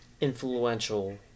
influential